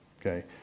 Okay